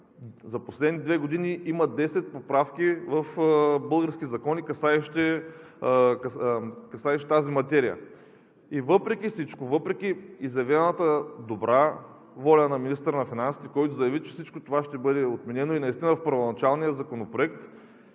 за последните две години има десет поправки в български закони, касаещи тази материя. Въпреки всичко, въпреки изявената добра воля – говоря на министъра на финансите, който заяви, че всичко това ще бъде отменено и наистина в първоначалния законопроект